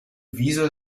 viso